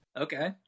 Okay